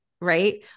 right